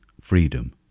freedom